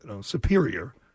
superior